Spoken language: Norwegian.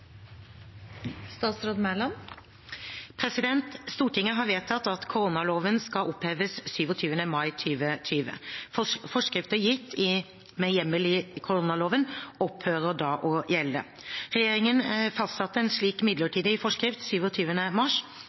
Stortinget har vedtatt at koronaloven skal oppheves den 27. mai 2020. Forskrifter gitt med hjemmel i koronaloven opphører da å gjelde. Regjeringen fastsatte den 27. mars en slik midlertidig forskrift